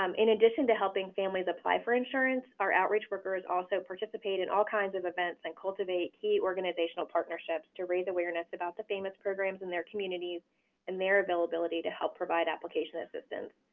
um in addition to helping families apply for insurance, our outreach workers also participate in all kinds of events and cultivate key organizational partnerships to raise awareness about the famis programs in their communities and their availability to help provide application assistance.